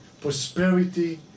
prosperity